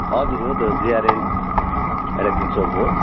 हजुर हो त जेआरएन इलेक्ट्री सप हो